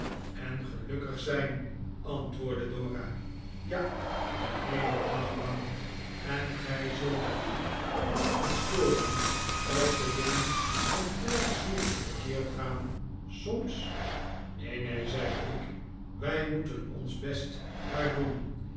en gelukkig zijn antwoordde dora ja den heelen dag lang en gij zult er u niet aan storen of de dingen een klein ziertje verkeerd gaan soms neen neen zei ik wij moeten onsbest maar doen